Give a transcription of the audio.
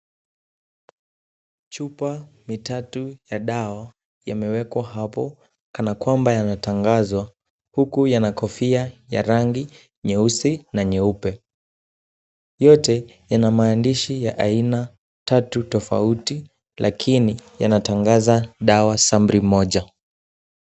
Chupa ni tatu ya dawa yamewekwa hapo kanakwamba yanatangazwa ,huku yana kofia ya rangi nyeusi na nyeupe ,yote yana maandishi ya aina tatu tofauti, lakini yanatangaza dawa sampli moja.